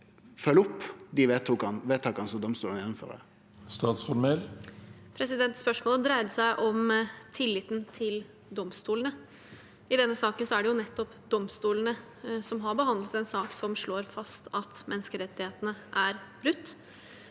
følgjer opp dei vedtaka som domstolane gjennomfører? Statsråd Emilie Mehl Spørsmålet dreide seg om tilliten til domstolene. I denne saken er det nettopp domstolene som har behandlet en sak som slår fast at menneskerettighetene er brutt.